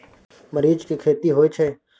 मरीच के खेती होय छय?